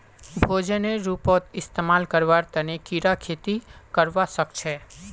भोजनेर रूपत इस्तमाल करवार तने कीरा खेती करवा सख छे